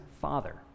father